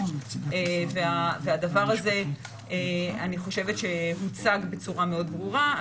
והדבר הזה אני חושבת שמוצג בצורה מאוד ברורה.